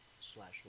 slash